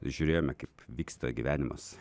žiūrėjome kaip vyksta gyvenimas